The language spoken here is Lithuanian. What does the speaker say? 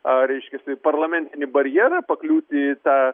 a reiškiasi parlamentinį barjerą pakliūti į tą